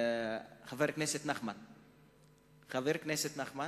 חבר הכנסת נחמן שי,